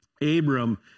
Abram